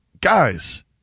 guys